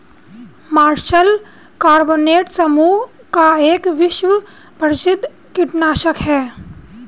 martial carbonate समूह का एक विश्व प्रसिद्ध कीटनाशक है